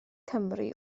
cymru